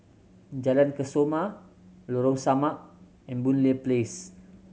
Jalan Kesoma Lorong Samak and Boon Lay Place